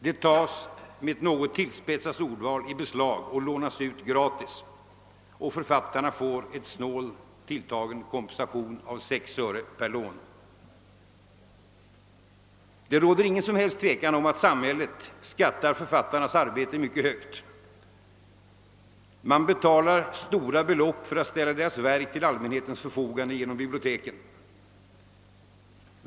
Det tas — med ett något tillspetsat ordval — i beslag och lånas ut gratis, och författarna får en snålt tilltagen kompensation av 6 öre per lån. Det råder inget som helst tvivel om att samhället skattar författarnas arbete mycket högt. Man betalar stora belopp för att ställa deras verk till allmänhetens förfogande genom biblioteken.